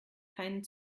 keinen